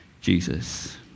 Jesus